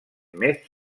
més